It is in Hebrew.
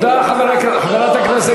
ויהיה דיון נוסף.